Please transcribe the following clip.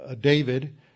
David